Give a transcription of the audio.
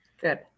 Good